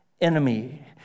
enemy